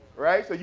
right? so yeah